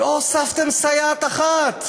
לא הוספתם סייעת אחת,